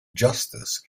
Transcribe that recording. justice